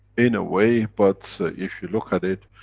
in a way, but if you look at it,